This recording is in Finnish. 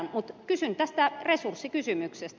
mutta kysyn tästä resurssikysymyksestä